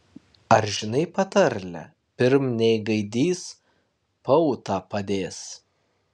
ar žinai patarlę pirm nei gaidys pautą padės